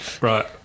right